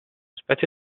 specie